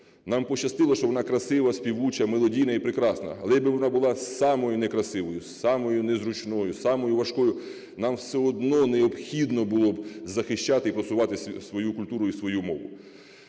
Нам пощастило, що вона красива, співуча, мелодійна і прекрасна. Але якби вона була самою некрасивою, самою незручною, самою важкою, нам все одно необхідно було б захищати і просувати свою культуру і свою мову.